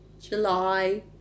July